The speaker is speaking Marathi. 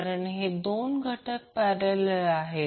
कारण हे दोन घटक पॅरलल आहेत